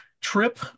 trip